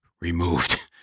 removed